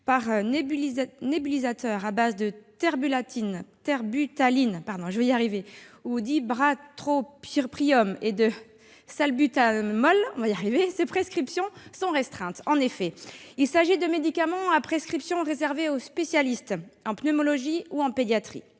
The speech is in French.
par nébulisateur à base de terbutaline ou d'ipratropium et de salbutamol, ces prescriptions sont restreintes. En effet, il s'agit de médicaments à prescription réservée aux spécialistes en pneumologie ou en pédiatrie.